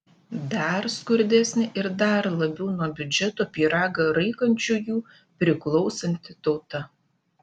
dar skurdesnė ir dar labiau nuo biudžeto pyragą raikančiųjų priklausanti tauta